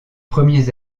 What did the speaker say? premiers